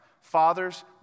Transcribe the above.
Fathers